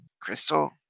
crystal